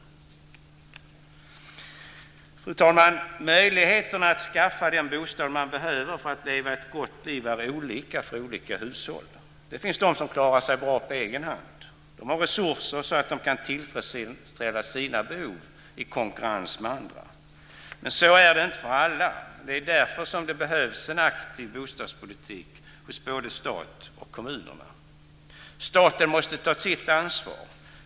Fru talman! Möjligheterna att skaffa den bostad man behöver för att leva ett gott liv är olika för olika hushåll. Det finns de som klarar sig bra på egen hand. De har resurser så att de kan tillfredsställa sina behov i konkurrens med andra. Men så är det inte för alla. Därför behövs en aktiv bostadspolitik hos både stat och kommuner. Staten måste ta sitt ansvar.